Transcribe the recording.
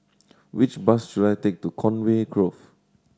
which bus should I take to Conway Grove